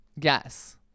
yes